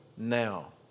Now